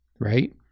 right